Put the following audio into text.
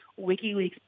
WikiLeaks